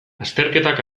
azterketak